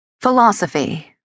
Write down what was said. Philosophy